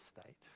state